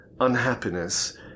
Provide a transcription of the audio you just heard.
unhappiness